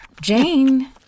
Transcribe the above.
Jane